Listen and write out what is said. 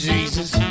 Jesus